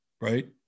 right